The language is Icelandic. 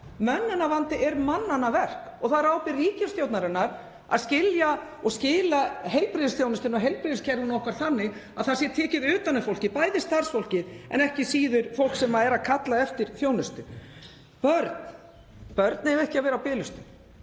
Mönnunarvandi er mannanna verk og það er á ábyrgð ríkisstjórnarinnar að skila heilbrigðisþjónustunni og heilbrigðiskerfinu okkar þannig að það sé tekið utan um fólkið, bæði starfsfólkið en ekki síður fólk sem er að kalla eftir þjónustu. Börn eiga ekki að vera á biðlistum.